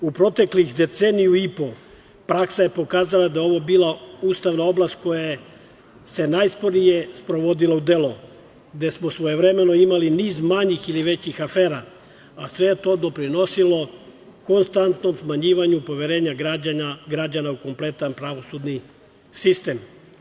U proteklih deceniju i po praksa je pokazala da je ovo bila ustavna oblast koja se najsporije sprovodila u delo, gde smo svojevremeno imali niz manjih ili većih afera, a sve je to doprinosilo konstantnom smanjivanju poverenja građana u kompletan pravosudni sistem.